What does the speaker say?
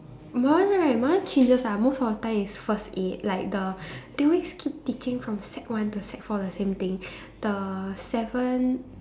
my one right my one changes ah most of the time is first aid like the they always keep teaching from sec one to sec four the same thing the seven